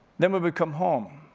then we would come home